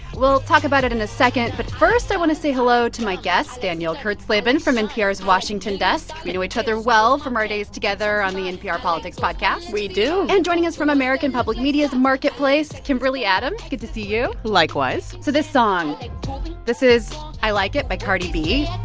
we'll talk about it in a second. but first, i want to say hello to my guests, danielle kurtzleben from npr's washington desk. we know each other well from our days together on the npr politics podcast we do and joining us from american public media's marketplace, kimberly adams good to see you likewise so this song this is i like it by cardi b